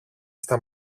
στα